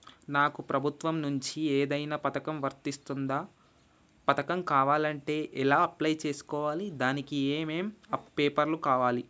నాకు ప్రభుత్వం నుంచి ఏదైనా పథకం వర్తిస్తుందా? పథకం కావాలంటే ఎలా అప్లై చేసుకోవాలి? దానికి ఏమేం పేపర్లు కావాలి?